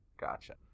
gotcha